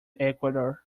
equator